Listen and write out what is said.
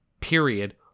period